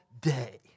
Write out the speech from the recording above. day